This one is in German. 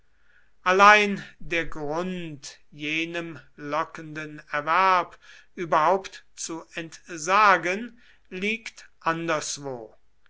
allein der grund jenem lockenden erwerb überhaupt zu entsagen liegt anderswo